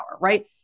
right